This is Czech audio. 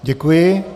Děkuji.